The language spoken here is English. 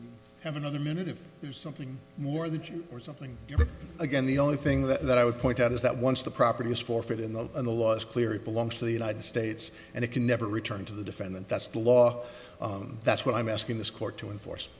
and another minute if there's something more that you or something again the only thing that i would point out is that once the property is forfeit in the in the law is clear it belongs to the united states and it can never return to the defendant that's the law that's what i'm asking this court to enforce